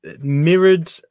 mirrored